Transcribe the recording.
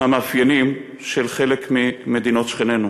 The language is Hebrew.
מהמאפיינים של חלק ממדינות שכנינו.